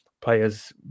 players